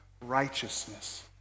righteousness